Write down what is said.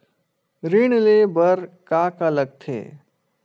ऋण ले बर का का लगथे?